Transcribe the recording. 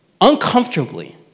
uncomfortably